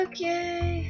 Okay